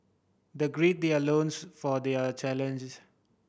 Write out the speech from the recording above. they gird their loins for their challenge